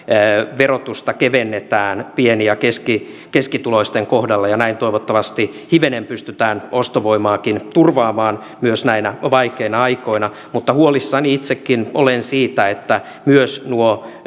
verotusta kevennetään pieni ja keskituloisten kohdalla ja näin toivottavasti hivenen pystytään ostovoimaakin turvaamaan myös näinä vaikeina aikoina mutta huolissani itsekin olen siitä että myös nuo